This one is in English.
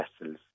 vessels